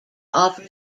offer